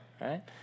right